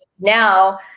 now